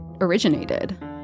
originated